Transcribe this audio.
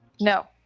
No